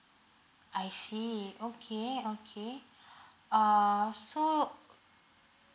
I see okay okay err so